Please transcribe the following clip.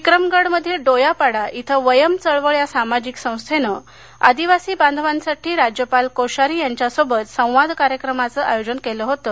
विक्रमगडमधल्या डोयापाडा इथं वयम चळवळ या सामाजिक संस्थेनं आदिवासी बांधवांसाठी राज्यपाल कोश्यारी यांच्यासोबत संवाद कार्यक्रमाचं आयोजन करण्यात आलं होतं